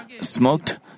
smoked